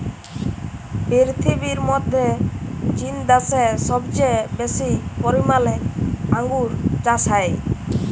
পীরথিবীর মধ্যে চীন দ্যাশে সবচেয়ে বেশি পরিমালে আঙ্গুর চাস হ্যয়